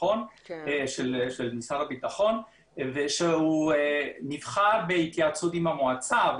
של משרד הביטחון שהוא נבחר בהתייעצות עם המועצה.